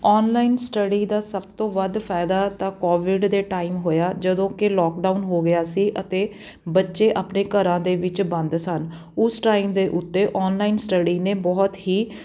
online study ਦਾ ਸਭ ਤੋਂ ਵੱਧ ਫਾਇਦਾ ਤਾਂ ਕੋਵਿਡ ਦੇ ਟਾਈਮ ਹੋਇਆ ਜਦੋਂ ਕਿ ਲੋਕਡਾਊਨ ਹੋ ਗਿਆ ਸੀ ਅਤੇ ਬੱਚੇ ਆਪਣੇ ਘਰਾਂ ਦੇ ਵਿੱਚ ਬੰਦ ਸਨ ਉਸ ਟਾਈਮ ਦੇ ਉੱਤੇ ਔਨਲਾਈਨ ਸਟੱਡੀ ਨੇ ਬਹੁਤ ਹੀ